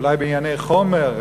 אולי בענייני חומר,